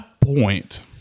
point